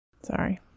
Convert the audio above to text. Sorry